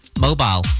mobile